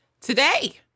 Today